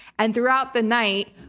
and throughout the night,